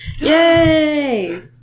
Yay